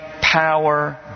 power